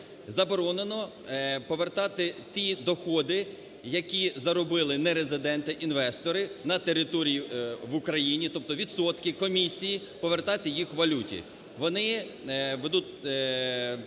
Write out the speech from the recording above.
заборонено повертати ті доходи, які заробили нерезиденти інвестори на території в Україні, тобто відсотки, комісії, повертати їх у валюті. Вони будуть